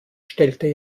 stellte